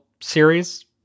series